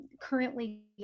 currently